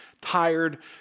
tired